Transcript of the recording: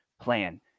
plan